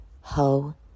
Ho